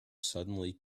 suddenly